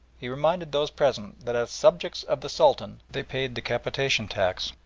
he reminded those present that as subjects of the sultan they paid the capitation tax,